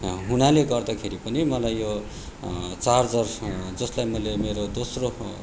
हुनाले गर्दाखेरि पनि मलाई यो चार्जर जसलाई मैले मेरो दोस्रो